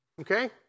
Okay